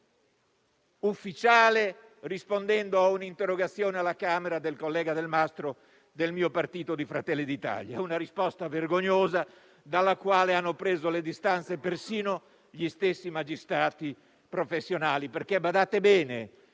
ufficiale, rispondendo a un'interrogazione alla Camera del mio collega di partito, l'onorevole Delmastro di Fratelli d'Italia. È una risposta vergognosa, dalla quale hanno preso le distanze persino gli stessi magistrati professionali, perché badate bene,